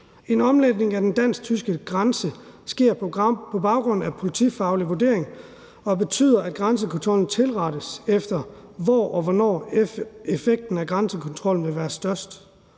En omlægning af den dansk-tyske grænsekontrol sker på baggrund af en politifaglig vurdering og betyder, at grænsekontrollen tilrettes efter, hvor og hvornår effekten af grænsekontrollen vil være størst.